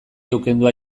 ukendua